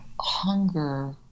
hunger